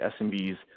SMBs